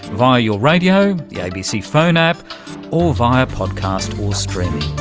via your radio, the abc phone app or via podcast or streaming.